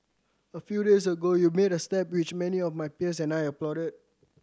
a few days ago you made a step which many of my peers and I applauded